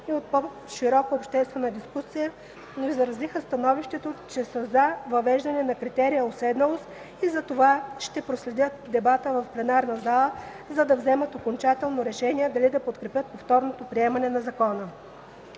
и от по-широка обществена дискусия, но изразиха становището, че са „за” въвеждането на критерия „уседналост” и затова ще проследят дебата в пленарната зала, за да вземат окончателно решение дали да подкрепят повторното приемане на закона.